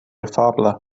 afabla